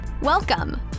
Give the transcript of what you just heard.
Welcome